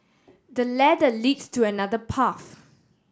the ladder leads to another path